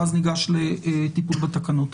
ואז ניגש לטיפול בתקנות.